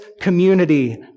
community